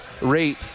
rate